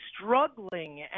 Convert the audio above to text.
struggling